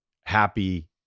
happy